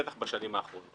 בטח לא בשנים האחרונות.